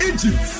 Egypt